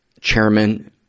chairman